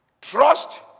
Trust